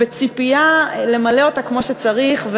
בציפייה למלא אותה כמו שצריך,